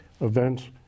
events